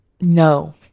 No